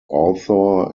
author